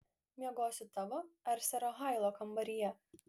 miegosiu tavo ar sero hailo kambaryje